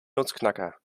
nussknacker